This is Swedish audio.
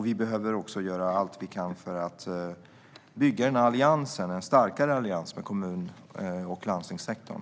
Vi behöver också göra allt vi kan för att bygga en starkare allians med kommun och landstingssektorn.